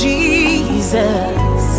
Jesus